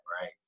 Right